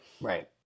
Right